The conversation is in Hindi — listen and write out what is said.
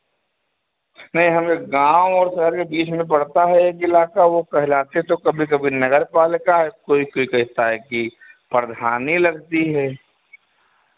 है हमारे गाँव और शहर के बीच में पड़ता है एक इलाका वो कहलाते तो कभी कभी नगरपालिका है कोई कोई कहता है कि प्रधानी लगती है